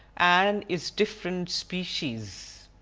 and its different species